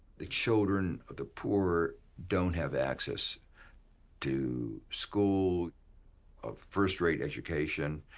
the children of the poor don't have access to school of first-rate education,